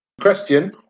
Question